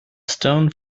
stone